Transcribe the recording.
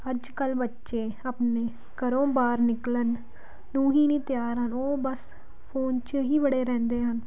ਅੱਜ ਕੱਲ੍ਹ ਬੱਚੇ ਆਪਣੇ ਘਰੋਂ ਬਾਹਰ ਨਿਕਲਣ ਨੂੰ ਹੀ ਨਹੀਂ ਤਿਆਰ ਹਨ ਉਹ ਬਸ ਫੋਨ 'ਚ ਹੀ ਵੜੇ ਰਹਿੰਦੇ ਹਨ